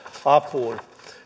apuun